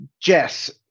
Jess